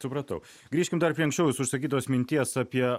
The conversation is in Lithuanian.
supratau grįžkim dar prie anksčiau jūsų išsakytos minties apie